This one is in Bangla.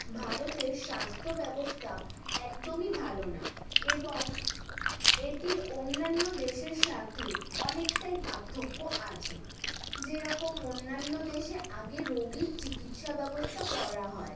ভারতের স্বাস্থ্য ব্যবস্থা একদমই ভালো না এবং এটির অন্যান্য দেশের সাথে অনেকটাই পার্থক্য আছে যেরকম অন্যান্য দেশে আগে রোগীর চিকিৎসা ব্যবস্থা করা হয়